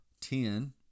Ten